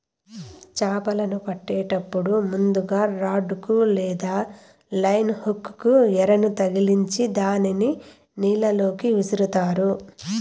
చాపలను పట్టేటప్పుడు ముందుగ రాడ్ కు లేదా లైన్ హుక్ కు ఎరను తగిలిచ్చి దానిని నీళ్ళ లోకి విసురుతారు